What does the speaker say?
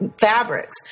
fabrics